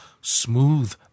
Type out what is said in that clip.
smooth